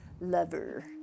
Lover